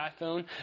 iPhone